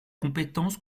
compétence